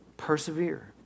persevere